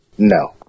No